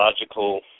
logical